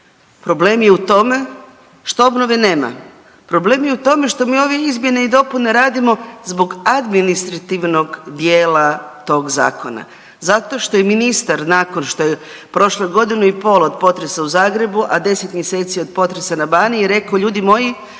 Problem je u tome što obnove nema. Problem je u tome što mi ove izmjene i dopune radimo zbog administrativnog dijela tog Zakona. Zato što je ministar, nakon što je prošlo godinu i pol od potresa u Zagrebu, a 10 mjeseci od potresa na Baniji, rek'o, ljudi moji,